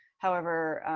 however,